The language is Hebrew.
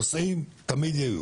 נושאים תמיד יהיו,